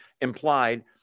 implied